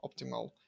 optimal